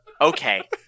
okay